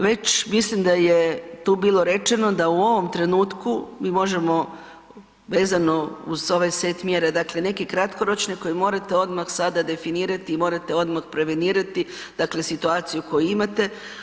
Već mislim da je tu bilo rečeno da u ovom trenutku mi možemo vezano uz ovaj set mjera, dakle neke kratkoročne koje morate odmah sada definirati i morate odmah prevenirati dakle situaciju koju imate.